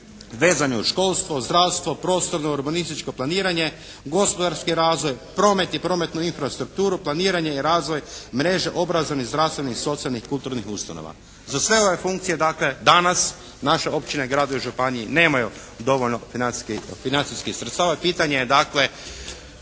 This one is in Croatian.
vezane uz školstvo, zdravstvo, prostorno, urbanističko planiranje, gospodarski razvoj, promet i prometnu infrastrukturu, planiranje i razvoj mreže obrazovnih, zdravstvenih i socijalnih kulturnih ustanova. Za sve ove funkcije dakle danas naše općine, gradovi i županije nemaju dovoljno financijskih sredstava. I pitanje je dakle